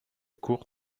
kurt